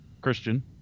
Christian